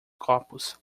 copos